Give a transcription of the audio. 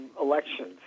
elections